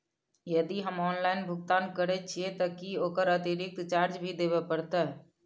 यदि हम ऑनलाइन भुगतान करे छिये त की ओकर अतिरिक्त चार्ज भी देबे परतै?